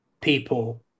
people